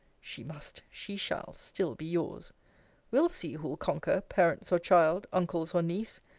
she must, she shall, still be yours we'll see, who'll conquer, parents or child, uncles or niece.